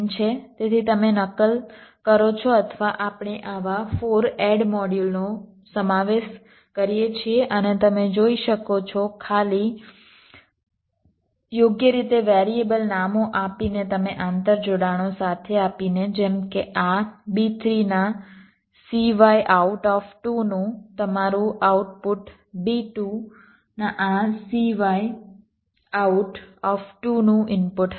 તેથી તમે નકલ કરો છો અથવા આપણે આવા 4 એડ મોડ્યુલોનો સમાવેશ કરીએ છીએ અને તમે જોઈ શકો છો ખાલી યોગ્ય રીતે વેરીએબલ નામો આપીને તમે આંતરજોડાણો સાથે આપીને જેમ કે આ B3 ના cy out2 નું તમારું આઉટપુટ B2 ના આ cy out2નું ઇનપુટ હશે